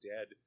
Dead